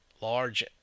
large